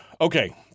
Okay